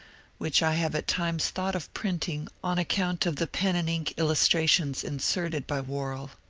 which i have at times thought of printing on account of the pen and ink illustrations inserted by worrall.